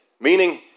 meaning